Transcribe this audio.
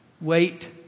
wait